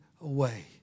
away